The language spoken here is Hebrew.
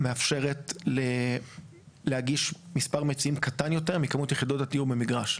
מאפשרת להגיש מספר מציעים קטן יותר מכמות יחידות הדיור במגרש.